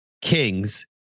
Kings